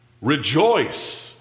Rejoice